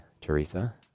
Teresa